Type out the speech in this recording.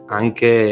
anche